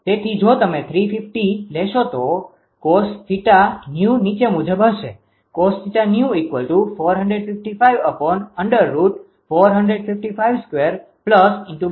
તેથી જો તમે 350 લેશો તો cos𝜃𝑛𝑒𝑤 નીચે મુજબ હશે તેથી તે 0